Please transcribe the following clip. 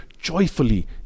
joyfully